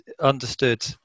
understood